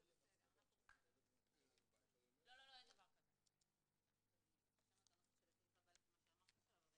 אז אני אצטרך לשנות את הסעיף הבא לפי מה שאמרת עכשיו.